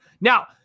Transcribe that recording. Now